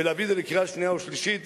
ולהביא את זה לקריאה שנייה ושלישית,